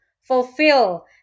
fulfill